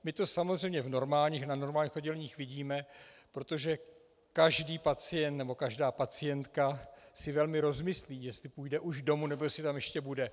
My to samozřejmě na normálních odděleních vidíme, protože každý pacient nebo každá pacientka si velmi rozmyslí, jestli půjde už domů, nebo jestli tam ještě bude.